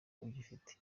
ugifite